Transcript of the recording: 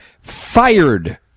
fired